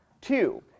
Two